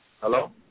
Hello